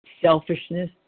selfishness